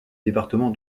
département